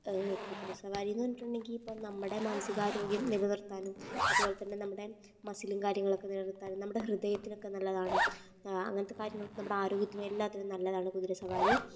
കുതിരസവാരീന്ന് പറഞ്ഞിട്ടുണ്ടെങ്കിൽ ഇപ്പം നമ്മുടെ മാനസികാരോഗ്യം നിലനിർത്താനും അതുപോലെ തന്നെ നമ്മടെ മസിലും കാര്യങ്ങളുമൊക്കെ നിലനിർത്താനും നമ്മുടെ ഹൃദയത്തിനൊക്കെ നല്ലതാണ് അങ്ങനത്തെ കാര്യങ്ങൾക്ക് നമ്മുടെ ആരോഗ്യത്തിന് നല്ലതാണ് കുതിരസവാരി